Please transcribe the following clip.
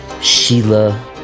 Sheila